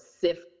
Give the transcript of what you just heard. sift